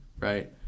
right